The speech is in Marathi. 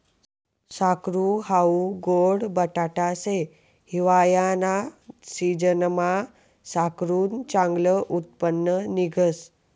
साकरू हाऊ गोड बटाटा शे, हिवायाना सिजनमा साकरुनं चांगलं उत्पन्न निंघस